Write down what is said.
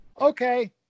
Okay